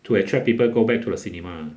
to attract people go back to the cinema